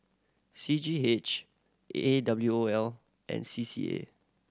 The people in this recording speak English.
C G H A A W O L and C C A